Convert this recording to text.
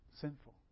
sinful